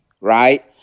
right